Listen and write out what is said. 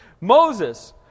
Moses